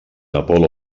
apol·lo